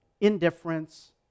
Indifference